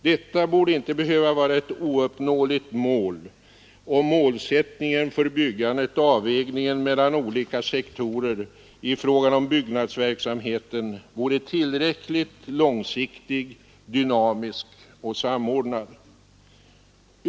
Detta borde inte behöva vara ett ouppnåeligt mål, om målsättningen för byggandet och avvägningen mellan olika sektorer i fråga om byggnadsverksamheten vore tillräckligt långsiktig, dynamisk och samordnad.